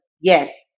yes